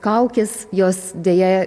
kaukės jos deja